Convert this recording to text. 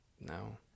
No